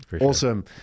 Awesome